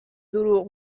دروغ